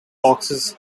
boxers